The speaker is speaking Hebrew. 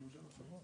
לא היה צורך להחזיר.